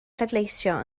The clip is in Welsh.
pleidleisio